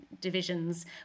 divisions